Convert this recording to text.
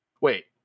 wait